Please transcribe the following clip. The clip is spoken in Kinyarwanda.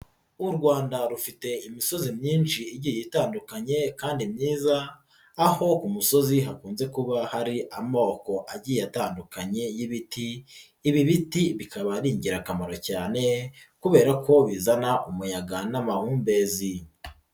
U Rwanda rufite imisozi myinshi igiye itandukanye kandi myiza, aho umusozi hakunze kuba hari amoko agiye atandukanye y'ibiti, ibi biti bikaba ari ingirakamaro cyane kubera ko bizana umuyaga n'amahumbezi.